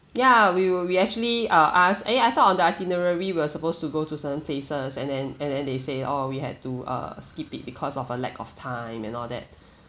ya we we actually uh ask eh I thought on the itinerary we're supposed to go to certain places and then and then they say orh we had to uh skip it because of uh lack of time and all that